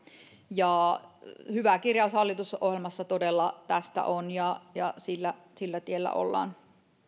hyvä kirjaus hallitusohjelmassa todella tästä on ja ja sillä sillä tiellä ollaan